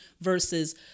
versus